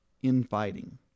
infighting